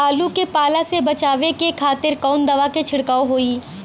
आलू के पाला से बचावे के खातिर कवन दवा के छिड़काव होई?